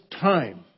time